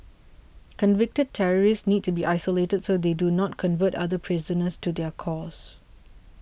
convicted terrorists need to be isolated so they do not convert other prisoners to their cause